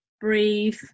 breathe